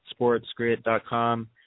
sportsgrid.com